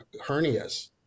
hernias